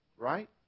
Right